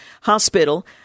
Hospital